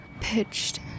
pitched